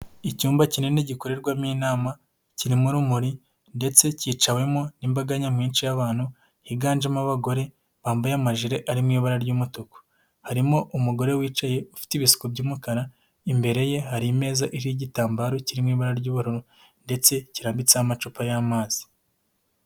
Icyumba kinini gikorerwamo inama, kirimo urumuri ndetse kicawemo n'imbaga nyamwinshi y'abantu, higanjemo abagore bambaye amajere arimo ibara ry'umutuku. Harimo umugore wicaye ufite ibisuko by'umukara, imbere ye hari imeza iriho igitambaro kiri mu ibara ry'ubururu ndetse kirambitseho amacupa y'amazi.